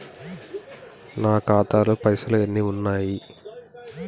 నా ఖాతాలో పైసలు ఎన్ని ఉన్నాయి?